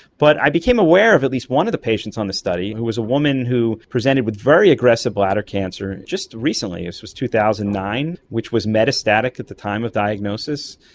but i became aware of at least one of the patients on the study who was a woman who presented with very aggressive bladder cancer just recently, this was two thousand and nine, which was metastatic at the time of diagnosis.